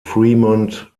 fremont